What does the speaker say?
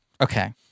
okay